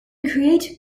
create